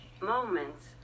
moments